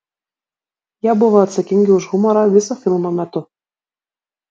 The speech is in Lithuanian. jie buvo atsakingi už humorą viso filmo metu